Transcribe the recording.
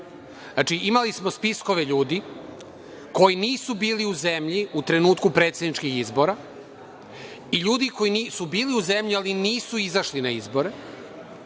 Znači, imali smo spiskove ljudi koji nisu bili u zemlji u trenutku predsedničkih izbora i ljudi koji su bili u zemlji, ali nisu izašli na izbore,